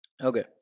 Okay